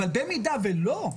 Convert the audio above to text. אבל במידה ולא,